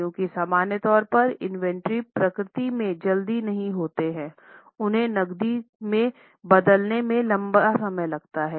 क्योंकि सामान्य तौर पर इन्वेंट्री प्रकृति में जल्दी नहीं होते हैं उन्हें नकदी में बदलने में लंबा समय लगता है